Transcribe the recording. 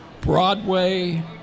Broadway